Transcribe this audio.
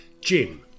Jim